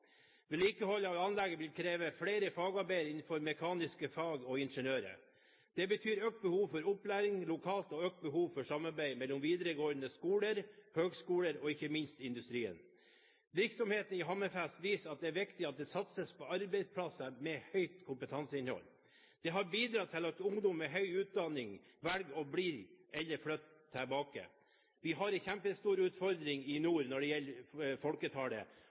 Vedlikehold av anlegget vil kreve flere fagarbeidere innenfor mekaniske fag og ingeniører. Det betyr økt behov for opplæring lokalt og økt behov for samarbeid mellom videregående skoler, høgskoler og ikke minst industrien. Virksomheten i Hammerfest viser at det er viktig at det satses på arbeidsplasser med høyt kompetanseinnhold. Det har bidratt til at ungdom med høy utdanning velger å bli eller flytter tilbake. Vi har en kjempestor utfordring i nord når det gjelder folketallet.